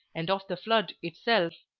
and of the flood itself,